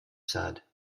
sad